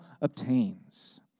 obtains